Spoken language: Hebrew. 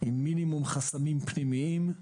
עם מינימום חסמים פנימיים,